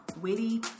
witty